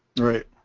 right